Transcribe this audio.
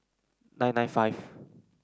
nine nine five